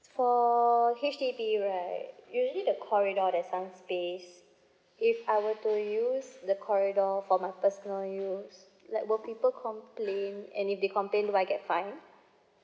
for H_D_B right usually the corridor there's some space if I were to use the corridor for my personal use like would people complain and if they complain will I get fine